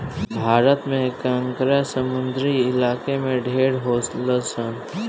भारत में केकड़ा समुंद्री इलाका में ढेर होलसन